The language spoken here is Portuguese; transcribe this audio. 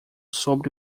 sobre